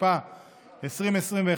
התשפ"א 2021,